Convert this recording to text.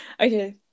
Okay